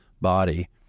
body